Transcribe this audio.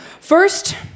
First